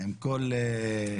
עם כל מיני